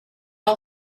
all